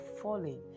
falling